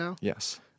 yes